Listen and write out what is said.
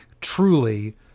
truly